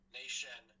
nation